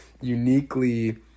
uniquely